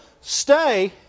stay